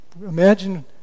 Imagine